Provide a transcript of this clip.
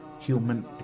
human